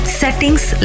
settings